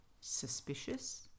suspicious